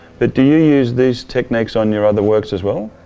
but do you use these techniques on your other works as well?